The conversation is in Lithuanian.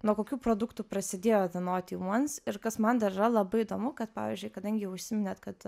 nuo kokių produktų prasidėjo de noti uans ir kas man dar yra labai įdomu kad pavyzdžiui kadangi užsiminėt kad